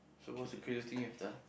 so what's the craziest thing you have done